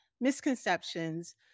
Misconceptions